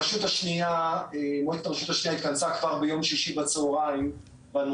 מועצת הרשות השנייה התכנסה כבר ביום שישי בצוהריים בנושא.